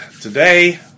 today